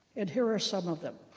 and here are some of them.